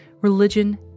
religion